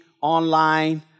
online